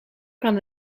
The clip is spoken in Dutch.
kan